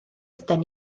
yden